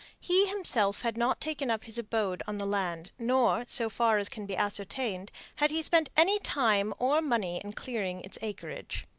he himself had not taken up his abode on the land nor, so far as can be ascertained, had he spent any time or money in clearing its acreage.